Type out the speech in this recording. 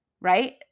Right